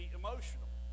emotional